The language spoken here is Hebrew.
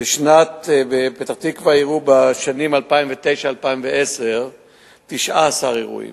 בפתח-תקווה אירעו בשנים 2009 2010 19 אירועים.